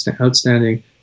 outstanding